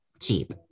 cheap